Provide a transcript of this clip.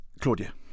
Claudia